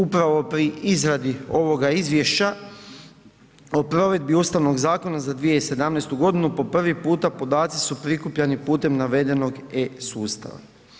Pri, upravo pri izradi ovoga izvješća o provedbi Ustavnog zakona za 2017. godinu po prvi puta podaci su prikupljani putem navedenog e-sustava.